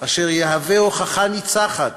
אשר יהווה הוכחה ניצחת